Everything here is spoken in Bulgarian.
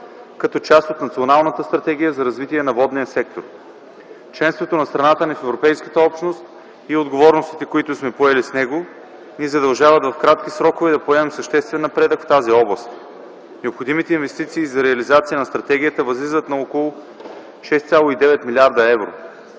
като част от Националната стратегия за развитие на водния сектор. Членството на страната ни в Европейската общност и отговорностите, които сме поели с него, ни задължават в кратки срокове да постигнем съществен напредък в тази област. Необходимите инвестиции за реализация на стратегията възлизат на около 6,9 милиарда евро.